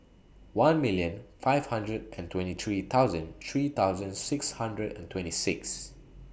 one million five hundred and twenty three thousand three thousand six hundred and twenty six